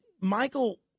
Michael